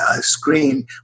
screen